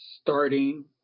starting